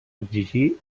exigir